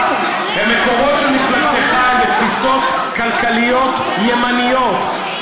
המקורות של מפלגתך הם תפיסות כלכליות ימניות,